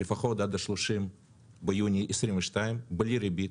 לפחות עד 30 ביוני 2022. בלי ריבית,